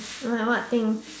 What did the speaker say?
like what thing